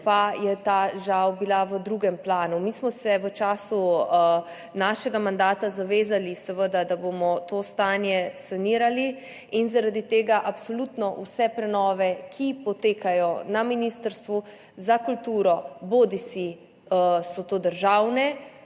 pa je bila ta žal v drugem planu. Mi smo se v času našega mandata zavezali, da bomo seveda to stanje sanirali in zaradi tega absolutno vse prenove, ki potekajo na Ministrstvu za kulturo, bodisi so državne